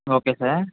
okay sir